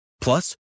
Plus